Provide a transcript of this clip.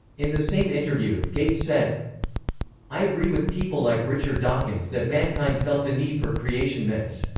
in the same interview, gates said i agree with people like richard dawkins that mankind felt the need for creation myths.